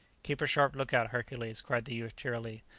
keep a sharp look-out, hercules! cried the youth cheerily,